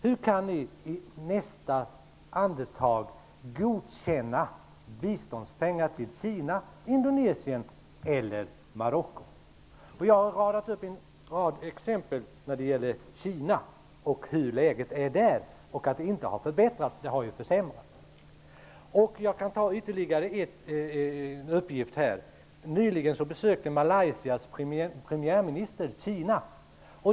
Hur kan ni då i nästa andetag godkänna biståndspengar till Kina, Indonesien eller Marocko? Jag har tagit upp en rad exempel när det gäller Kina, och läget där har ju inte förbättrats utan försämrats. Jag kan lämna ytterligare en uppgift. Nyligen besökte Malaysias premiärminister Kina.